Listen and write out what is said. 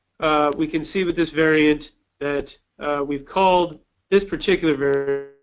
we can see with this variant that we've called this particular